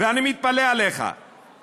ואני מתפלא עליך,